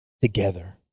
Together